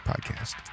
podcast